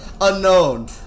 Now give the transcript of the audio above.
Unknown